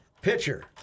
Pitcher